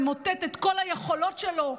נמוטט את כל היכולות שלו,